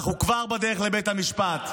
אנחנו כבר בדרך לבית המשפט.